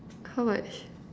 how much